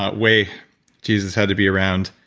ah way jesus had to be around,